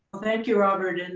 thank you, robert, and